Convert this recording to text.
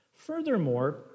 Furthermore